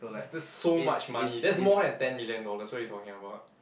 that's that's so much money that's more than ten million dollars what are you talking about